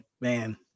man